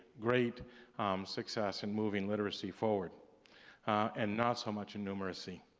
great success in moving literacy forward and not so much in numeracy.